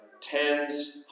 Tens